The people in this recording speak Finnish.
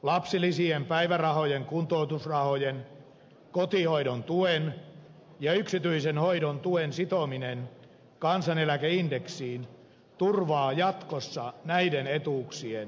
lapsilisien päivärahojen kuntoutusrahojen kotihoidontuen ja yksityisen hoidon tuen sitominen kansaneläkeindeksiin turvaa jatkossa näiden etuuksien säilymisen